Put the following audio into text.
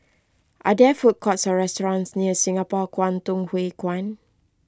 are there food courts or restaurants near Singapore Kwangtung Hui Kuan